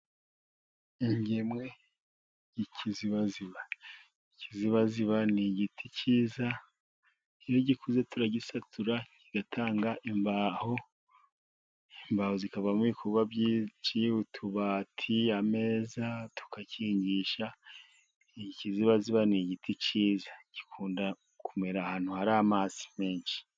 Ingemwe y'ikizibaziba. Ikizibaziba ni igiti cyiza, iyo gikuze turagisatura kigatanga imbaho, imbaho zikavamo ibikorwa byinshi, utubati, ameza tukagikingisha. Ikizibaziba ni igiti cyiza, gikunda kumera ahantu hari amazi menshi.